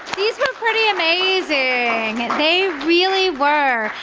these were pretty amazing, they really were.